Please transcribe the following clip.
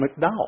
McDowell